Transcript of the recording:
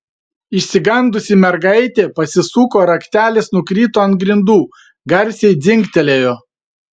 išsigandusi mergaitė pasisuko raktelis nukrito ant grindų garsiai dzingtelėjo